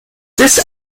this